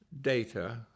data